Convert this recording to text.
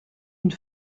une